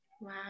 Wow